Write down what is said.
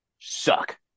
suck